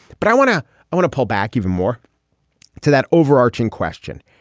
but i want to i want to pull back even more to that overarching question.